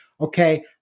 okay